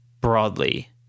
broadly